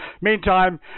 Meantime